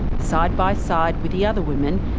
side by side with the other women,